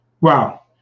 Wow